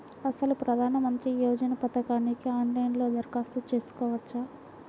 అసలు ప్రధాన మంత్రి యోజన పథకానికి ఆన్లైన్లో దరఖాస్తు చేసుకోవచ్చా?